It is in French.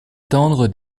tendre